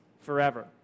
forever